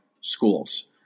schools